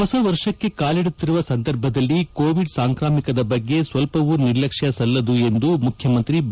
ಹೊಸ ವರ್ಷಕ್ಕೆ ಕಾಲಿದುತ್ತಿರುವ ಸಂದರ್ಭದಲ್ಲಿ ಕೋವಿಡ್ ಸಾಂಕ್ರಾಮಿಕದ ಬಗ್ಗೆ ಸ್ವಲ್ವವೂ ನಿರ್ಲಕ್ಷ್ನ ಸಲ್ಲದು ಎಂದು ಮುಖ್ಯಮಂತ್ರಿ ಬಿ